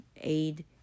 aid